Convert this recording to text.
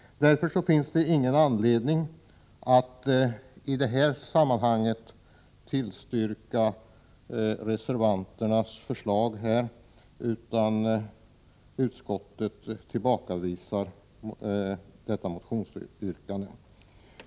Därför finns det ingen anledning att i detta sammanhang tillstyrka reservanternas förslag, och utskottet avvisar detta motionsyrkande.